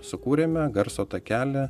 sukūrėme garso takelį